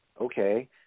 Okay